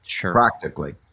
practically